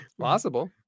Possible